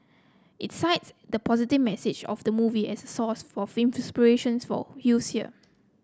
it cites the positive message of the movie as source for inspiration for youths here